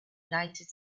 united